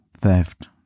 theft